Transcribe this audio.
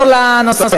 עכשיו תחזור לנושא.